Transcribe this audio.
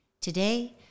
Today